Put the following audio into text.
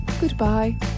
Goodbye